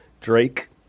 Drake